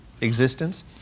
existence